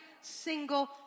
single